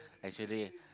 actually